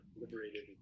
liberated